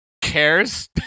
cares